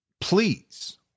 please